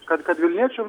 kad kad vilniečiam